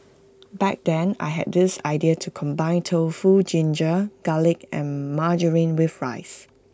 back then I had this idea to combine tofu ginger garlic and margarine with rice